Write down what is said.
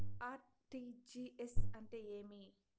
RTGS అంటే ఏమి?